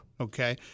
Okay